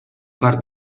far